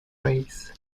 rays